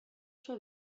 sua